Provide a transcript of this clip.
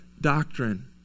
doctrine